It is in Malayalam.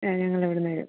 ഞങ്ങളിവിടുന്ന് തരും